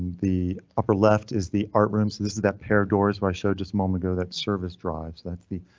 the upper left is the art room, so this is that pair of doors where i showed just a moment ago that service drives. that's the